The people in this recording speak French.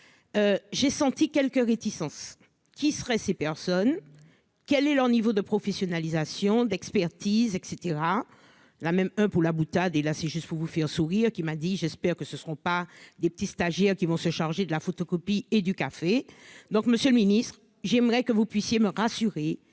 j'ai senti quelque réticence qui seraient ces personnes quel est leur niveau de professionnalisation d'expertise, et cetera, la même hein pour la boutade et là, c'est juste pour vous faire sourire, qui m'a dit : j'espère que ce seront pas des petites stagiaires qui vont se charger de la photocopie et du café, donc Monsieur le Ministre, j'aimerais que vous puissiez me rassurer